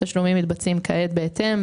התשלומים מתבצעים כעת בהתאם.